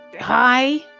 Hi